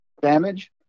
damage